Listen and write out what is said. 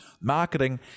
marketing